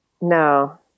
no